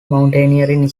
mountaineering